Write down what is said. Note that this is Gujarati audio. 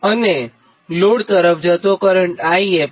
અને લોડ તરફ જતો કરંટ I એ 551